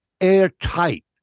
airtight